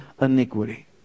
iniquity